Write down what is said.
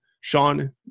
Sean